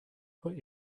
put